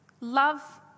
love